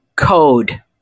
Code